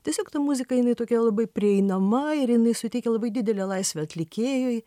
tiesiog ta muzika jinai tokia labai prieinama ir jinai suteikia labai didelę laisvę atlikėjui